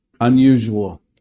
unusual